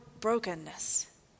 brokenness